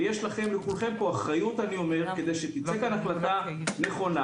לכולכם יש אחריות כדי שתצא מכאן החלטה נכונה